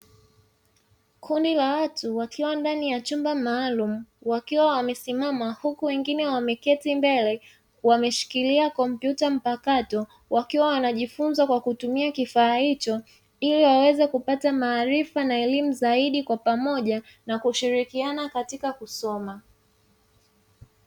Kundi la watu wakiwa ndani ya chumba maalumu wakiwa wamesimama huku wengine wameketi mbele, wameshikilia kompyuta mpakato wakiwa wanajifunza kwa kutumia kifaa hicho, ili waweze kupata maarifa na elimu zaidi kwa pamoja na kushirikiana katika kusoma.